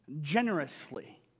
generously